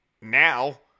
Now